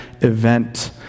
event